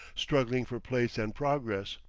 struggling for place and progress.